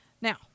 Now